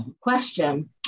question